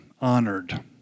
honored